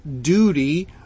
duty